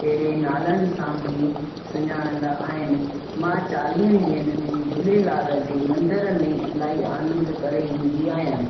जहिड़े नालनि सां बि सुञाणंदा आहिनि मां चालीहनि ॾींहनि में झूलेलाल मंदर में इलाही आनंद करे ईंदी आहियां